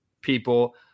people